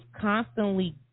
constantly